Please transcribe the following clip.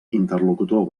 interlocutor